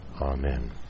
amen